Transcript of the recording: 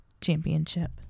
Championship